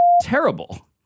terrible